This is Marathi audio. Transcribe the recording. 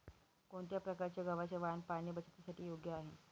कोणत्या प्रकारचे गव्हाचे वाण पाणी बचतीसाठी योग्य आहे?